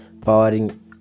powering